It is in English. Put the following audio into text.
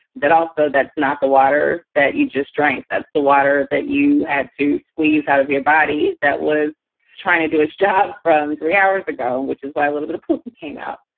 that also that's not the water that you just drink. that's the water that you had to squeeze out of your body that was trying to do his job from three hours ago, is why a little bit of poop and came out.